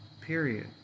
period